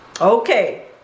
Okay